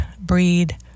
breed